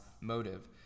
motive